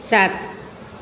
સાત